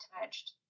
touched